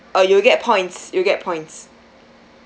oh you'll get points you'll get points